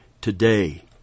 Today